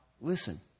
listen